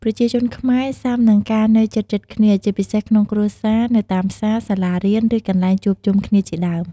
ប្រជាជនខ្មែរសុាំនឹងការនៅជិតៗគ្នា ជាពិសេសក្នុងគ្រួសារ នៅតាមផ្សារ សាលារៀន ឬ កន្លែងជួបជុំគ្នាជាដើម។